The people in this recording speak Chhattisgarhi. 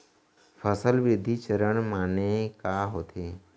फसल वृद्धि चरण माने का होथे?